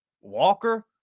Walker